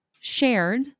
shared